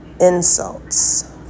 insults